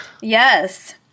Yes